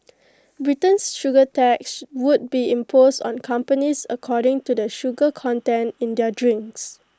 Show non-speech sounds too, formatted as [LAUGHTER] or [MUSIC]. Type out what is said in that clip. Britain's sugar tax [NOISE] would be imposed on companies according to the sugar content in their drinks